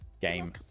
game